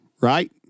right